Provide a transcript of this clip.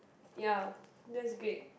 ya that's great